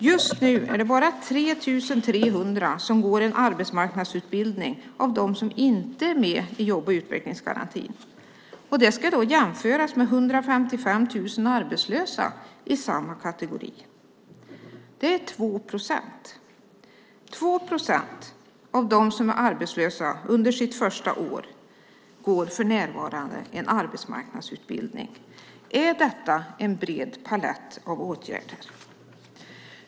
Just nu går bara 3 300 av dem som inte är med i jobb och utvecklingsgarantin en arbetsmarknadsutbildning. Det ska jämföras med 155 000 arbetslösa i samma kategori. Det är 2 procent. 2 procent av dem som är arbetslösa sitt första år går för närvarande en arbetsmarknadsutbildning. Är det en bred palett av åtgärder?